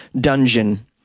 dungeon